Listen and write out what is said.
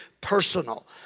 personal